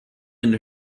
into